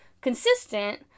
Consistent